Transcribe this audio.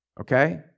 Okay